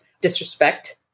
disrespect